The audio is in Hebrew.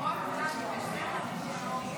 וחד"ש-תע"ל להביע